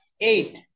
eight